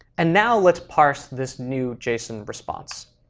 and now let's parse this new json response.